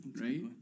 right